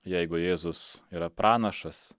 jeigu jėzus yra pranašas